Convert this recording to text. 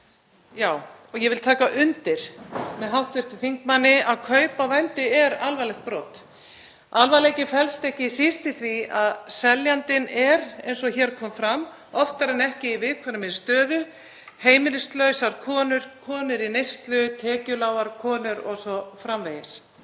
og ég vil taka undir með hv. þingmanni að kaup á vændi er alvarlegt brot. Alvarleikinn felst ekki síst í því að seljandinn er, eins og hér kom fram, oftar en ekki í viðkvæmri stöðu; heimilislausar konur, konur í neyslu, tekjulágar konur o.s.frv.,